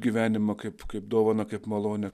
gyvenimą kaip kaip dovaną kaip malonę